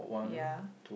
ya